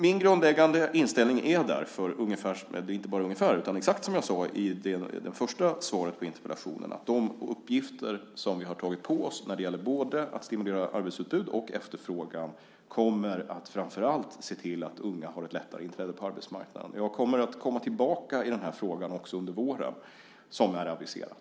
Min grundläggande inställning är därför exakt den som jag redogjorde för i svaret på interpellationen, att de uppgifter som vi har tagit på oss när det gäller att stimulera både arbetsutbud och efterfrågan framför allt kommer att se till att unga får det lättare att träda in på arbetsmarknaden. Jag kommer att komma tillbaka i den här frågan under våren, som är aviserat.